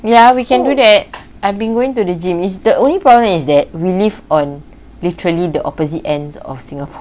ya we can do that I've been going to the gym it's the only problem is that we live on literally the opposite ends of singapore